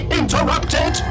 interrupted